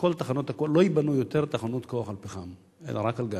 שלא ייבנו יותר תחנות כוח על פחם אלא רק על גז?